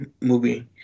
movie